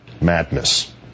Madness